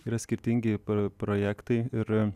yra skirtingi projektai ir